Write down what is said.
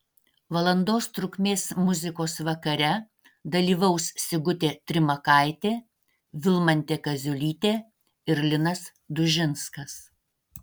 valandos trukmės muzikos vakare dalyvaus sigutė trimakaitė vilmantė kaziulytė ir linas dužinskas